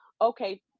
okay